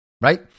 right